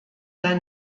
der